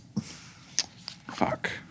fuck